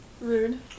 rude